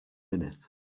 minute